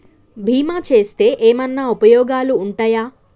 బీమా చేస్తే ఏమన్నా ఉపయోగాలు ఉంటయా?